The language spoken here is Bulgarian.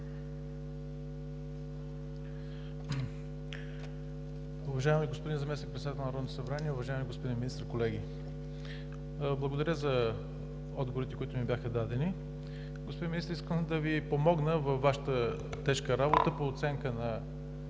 Уважаеми господин Заместник-председател на Народното събрание, уважаеми господин Министър, колеги! Благодаря за отговорите, които ми бяха дадени. Господин Министър, искам да Ви помогна във Вашата тежка работа по оценка на